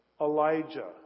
Elijah